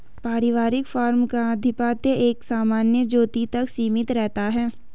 पारिवारिक फार्म का आधिपत्य एक सामान्य ज्योति तक सीमित रहता है